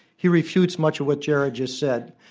he refutes much of what jared just said.